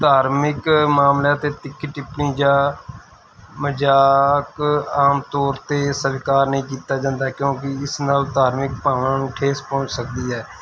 ਧਾਰਮਿਕ ਮਾਮਲਿਆਂ 'ਤੇ ਤਿੱਖੀ ਟਿੱਪਣੀ ਜਾਂ ਮਜ਼ਾਕ ਆਮ ਤੌਰ 'ਤੇ ਸਵੀਕਾਰ ਨਹੀਂ ਕੀਤਾ ਜਾਂਦਾ ਕਿਉਂਕਿ ਇਸ ਨਾਲ ਧਾਰਮਿਕ ਭਾਵਨਾ ਨੂੰ ਠੇਸ ਪਹੁੰਚ ਸਕਦੀ ਹੈ